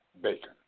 bacon